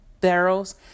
barrels